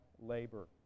labor